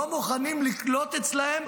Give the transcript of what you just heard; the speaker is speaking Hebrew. לא מוכנים לקלוט אצלם.